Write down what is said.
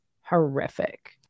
horrific